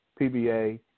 PBA